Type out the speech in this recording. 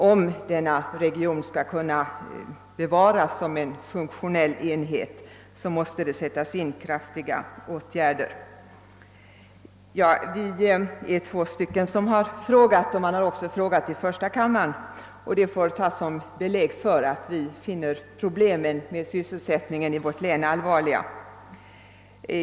Om denna region skall kunna bevaras som en funktionell enhet, måste kraftiga åtgärder sättas in. Vi är två ledamöter som ställt frågor, och man har också frågat i första kammaren. Detta måste tas som ett belägg för att vi finner sysselsättningsproblemen i vårt län allvarliga.